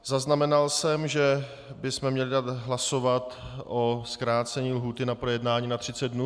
Zaznamenal jsem, že bychom měli dát hlasovat o zkrácení lhůty na projednání na 30 dnů.